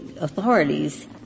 authorities